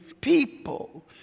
people